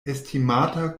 estimata